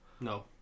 no